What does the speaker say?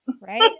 Right